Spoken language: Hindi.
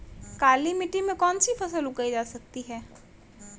काली मिट्टी में कौनसी फसल उगाई जा सकती है?